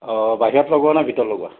অ বাহিৰত লগোৱানে ভিতৰত লগোৱা